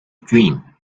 dream